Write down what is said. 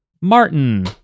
Martin